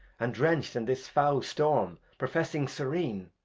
and drencht in this fowl storm, professing syren,